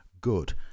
good